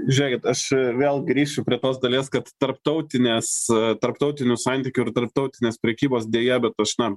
žiūrėkit aš vėl grįšiu prie tos dalies kad tarptautinės tarptautinių santykių ir tarptautinės prekybos deja bet aš na